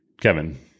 Kevin